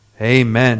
Amen